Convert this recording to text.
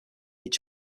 each